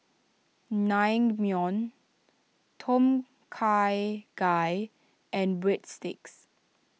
Naengmyeon Tom Kha Gai and Breadsticks